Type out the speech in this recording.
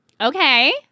Okay